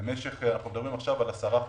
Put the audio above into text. במשך עשרה חודשים.